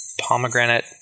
pomegranate